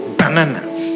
bananas